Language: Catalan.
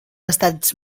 estats